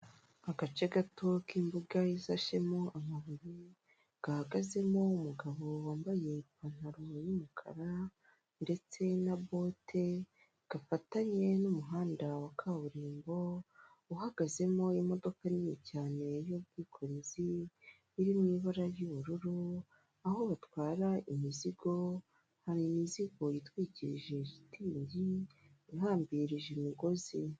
Agace gato k'imbuga isashemo amabuye, gahagazemo umugabo wambaye ipantaroro y'umukara ndetse na bote, gafatanye n'umuhanda wa kaburimbo uhagazemo imodoka nini cyane y'ubwikorezi iri mu ibara ry'ubururu, aho batwara imizigo, hari imizigo itwikirije shitingi ihambirije imigozi.